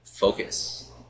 focus